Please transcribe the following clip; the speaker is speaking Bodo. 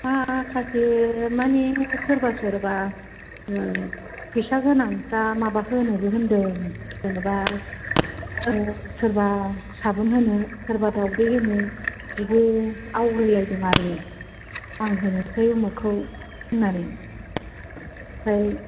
माखासे माने सोरबा सोरबा फैसा गोनांफ्रा माबा होनोबो होन्दों जेनेबा सोरबा साबुन होनो सोरबा दाउदै होनो बिदि आवग्रिलायदों आरो आं होनोसै उमुख खौ होननानै ओमफ्राय